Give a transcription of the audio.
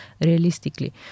realistically